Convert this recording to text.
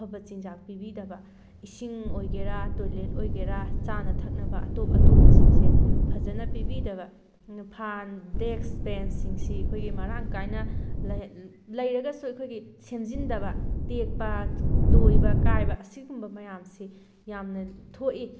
ꯑꯐꯕ ꯆꯤꯟꯖꯥꯛ ꯄꯤꯕꯤꯗꯕ ꯏꯁꯤꯡ ꯑꯣꯏꯒꯦꯔꯥ ꯇꯣꯏꯂꯦꯠ ꯑꯣꯏꯒꯦꯔ ꯆꯥꯅ ꯊꯛꯅꯕ ꯑꯇꯣꯞ ꯑꯇꯣꯞꯄꯁꯤꯡꯁꯦ ꯐꯖꯅ ꯄꯤꯕꯤꯗꯕ ꯐꯥꯟ ꯗꯦꯛꯁ ꯕꯦꯟꯁꯁꯤꯡꯁꯤ ꯑꯩꯈꯣꯏ ꯃꯔꯥꯡ ꯀꯥꯏꯅ ꯂꯩꯔꯒꯁꯨ ꯑꯩꯈꯣꯏꯒꯤ ꯁꯦꯝꯖꯤꯟꯗꯕ ꯇꯦꯛꯄ ꯇꯣꯏꯕ ꯀꯥꯏꯕ ꯑꯁꯤꯒꯨꯝꯕ ꯃꯌꯥꯝꯁꯤ ꯌꯥꯝꯅ ꯊꯣꯛꯏ